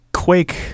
Quake